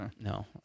No